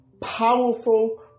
powerful